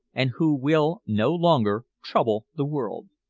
and who will no longer trouble the world?